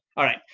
all right,